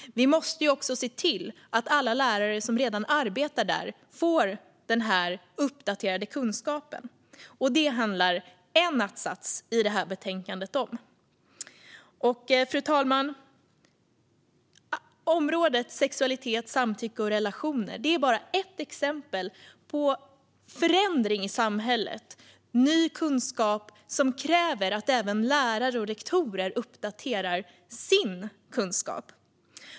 Vi måste också se till att alla lärare som redan arbetar i skolan får denna uppdaterade kunskap. Det handlar en att-sats i betänkandet om. Fru talman! Området sexualitet, samtycke och relationer är bara ett exempel på förändring i samhället. Det är ny kunskap som kräver att även lärare och rektorer uppdaterar sin kunskap.